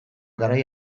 garai